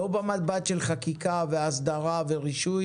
לא במבט של חקיקה והסדרה ורישוי